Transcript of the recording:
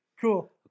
Cool